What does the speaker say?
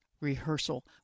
Rehearsal